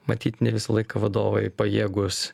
matyt ne visą laiką vadovai pajėgūs